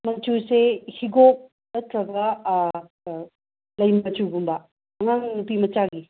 ꯃꯆꯨꯁꯦ ꯍꯤꯒꯣꯛ ꯅꯠꯇ꯭ꯔꯒ ꯂꯩ ꯃꯆꯨꯒꯨꯝꯕ ꯑꯉꯥꯡ ꯅꯨꯄꯤꯃꯆꯥꯒꯤ